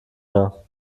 mehr